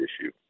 issue